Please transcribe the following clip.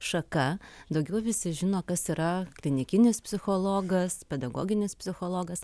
šaka daugiau visi žino kas yra klinikinis psichologas pedagoginis psichologas